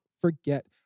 forget